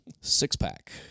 Six-pack